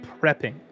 prepping